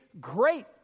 great